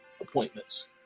appointments